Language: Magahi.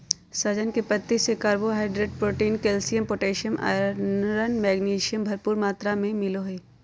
सहजन के पत्ती से carbohydrate, protein, calcium, potassium, iron, magnesium, भरपूर मात्रा में मिलो हइ